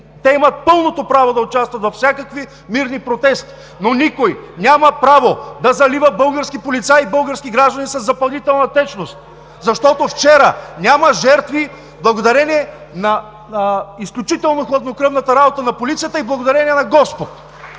Те имат пълното право да участват във всякакви мирни протести, но никой няма право да залива български полицаи и български граждани със запалителна течност. Вчера нямаше жертви благодарение на изключително хладнокръвната работа на полицията и благодарение на Господ,